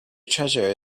treasure